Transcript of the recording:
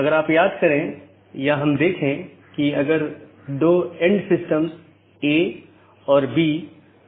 यदि आप याद करें तो हमने एक पाथ वेक्टर प्रोटोकॉल के बारे में बात की थी जिसने इन अलग अलग ऑटॉनमस सिस्टम के बीच एक रास्ता स्थापित किया था